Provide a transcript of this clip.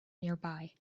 nearby